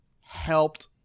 helped